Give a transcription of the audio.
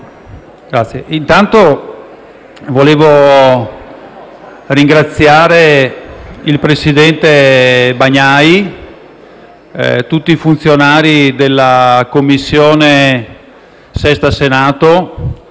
intanto vorrei ringraziare il presidente Bagnai, tutti i funzionari della 6a Commissione del Senato,